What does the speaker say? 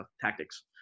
tactics